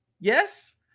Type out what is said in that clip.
yes